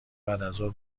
بعدازظهر